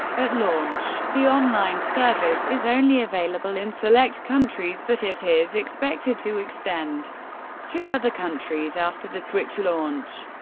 at launch, the online service is only available in select countries, but it is expected to extend to other countries after the switch's launch.